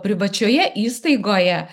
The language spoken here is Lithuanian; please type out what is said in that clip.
privačioje įstaigoje